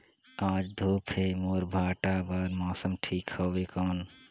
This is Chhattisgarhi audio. आज धूप हे मोर भांटा बार मौसम ठीक हवय कौन?